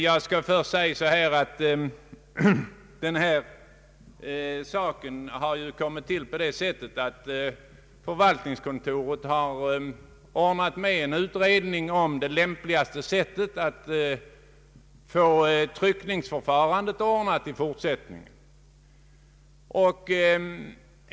Jag vill först erinra om att den fråga det här gäller aktualiserats genom att förvaltningskontoret tillsatt en utredning om det lämpligaste sättet att få snabbprotokollet tryckt i fortsättningen.